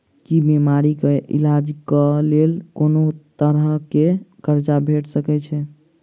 की बीमारी कऽ इलाज कऽ लेल कोनो तरह कऽ कर्जा भेट सकय छई?